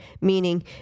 meaning